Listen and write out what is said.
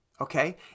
okay